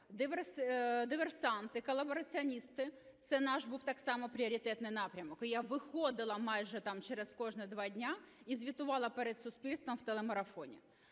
диверсанти, колабораціоністи – це наш був так само пріоритетний напрямок. І я виходила майже там через кожні два дні і звітувала перед суспільством в телемарафоні.